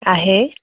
আহেই